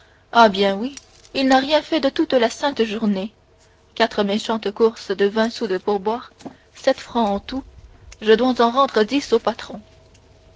ah bien oui il n'a rien fait de toute la sainte journée quatre méchantes courses et vingt sous de pourboire sept francs en tout je dois en rendre dix au patron